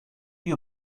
you